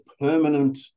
permanent